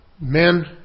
men